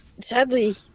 sadly